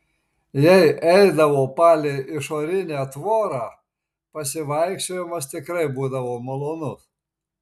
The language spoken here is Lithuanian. jei eidavo palei išorinę tvorą pasivaikščiojimas tikrai būdavo malonus